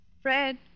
Fred